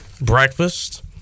breakfast